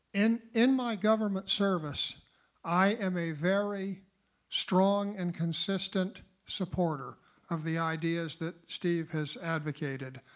and in my government service i am a very strong and consistent supporter of the ideas that steve has advocated.